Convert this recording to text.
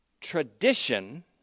tradition